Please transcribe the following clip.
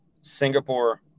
Singapore